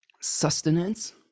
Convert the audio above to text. sustenance